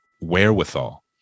wherewithal